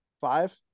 Five